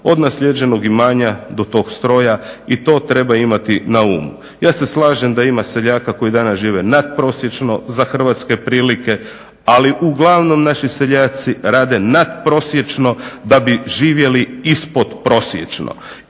od naslijeđenog imanja do tog stroja i to treba imati na umu. Ja se slažem da ima seljaka koji danas žive natprosječno za hrvatske prilike, ali uglavnom naši seljaci rade natprosječno da bi živjeli ispod prosječnog.